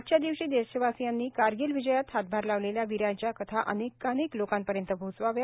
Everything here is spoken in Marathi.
आजच्या दिवशी देशवासियांनी कारगिल विजयात हातभार लावलेल्या वीरांच्या कथा अनेकानेक लोकांपर्यंत पोहोचवाव्या